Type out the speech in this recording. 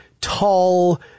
tall